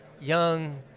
young